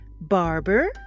Barber